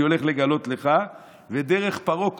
ודרך פרעה,